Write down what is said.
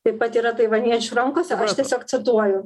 taip pat yra taivaniečių rankose tiesiog cituoju